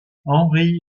henri